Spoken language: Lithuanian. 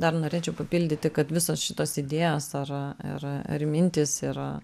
dar norėčiau papildyti kad visos šitos idėjos ar ir ar mintys yra